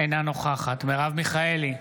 אינה נוכחת מרב מיכאלי,